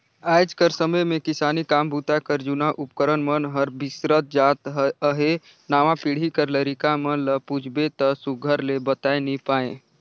आएज कर समे मे किसानी काम बूता कर जूना उपकरन मन हर बिसरत जात अहे नावा पीढ़ी कर लरिका मन ल पूछबे ता सुग्घर ले बताए नी पाए